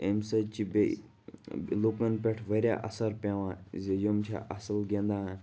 امہِ سۭتۍ چھِ بیٚیہِ لوٗکَن پٮ۪ٹھ واریاہ اثر پٮ۪وان زِ یِم چھِ اَصٕل گِنٛدان